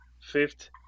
fifth